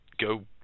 go